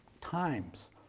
times